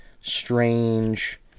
strange